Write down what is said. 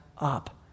up